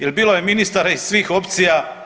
Jer bilo je ministara iz svih opcija.